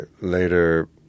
later